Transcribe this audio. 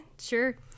sure